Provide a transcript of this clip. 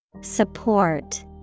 Support